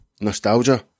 nostalgia